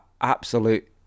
absolute